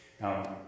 Now